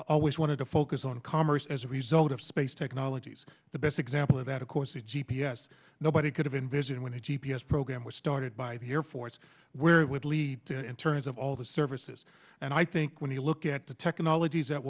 always wanted to focus on commerce as a result of space technologies the best example of that of course the g p s nobody could have envisioned when a g p s program was started by the air force where it would lead to in terms of all the services and i think when you look at the technologies that